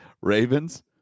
Ravens